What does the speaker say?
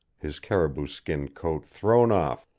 his caribou skin coat thrown off,